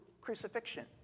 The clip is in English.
crucifixion